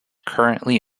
currently